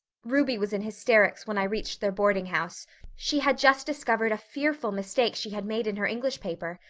ruby was in hysterics when i reached their boardinghouse she had just discovered a fearful mistake she had made in her english paper.